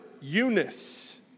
Eunice